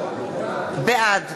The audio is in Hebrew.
בעד